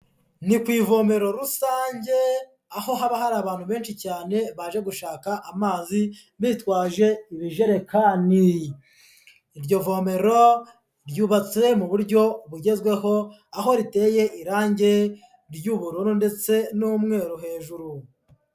Ni ku ivomero rusange, aho haba hari abantu benshi cyane baje gushaka amazi, bitwaje ibijekani. Iryo vomero ryubatswe mu buryo bugezweho aho riteye irangi ry'ubururu ndetse n'umweru hejuru.